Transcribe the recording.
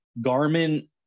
Garmin